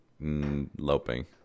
loping